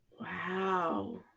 Wow